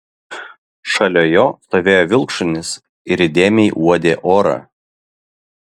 šalia jo stovėjo vilkšunis ir įdėmiai uodė orą